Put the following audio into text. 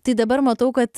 tai dabar matau kad